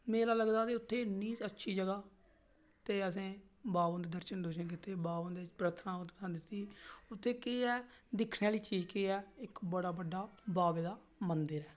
मेला लगदा ते उत्थें इन्नी अच्छी जगह ते असें बावा हुंदे दर्शन कीते ते बावा हुंदे परदक्खना दित्ती उत्थें केह् ऐ दिक्खने आह्ली चीज़ केह् ऐ इक्क बड़ा बड्डा बावे दा मंदर ऐ